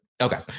Okay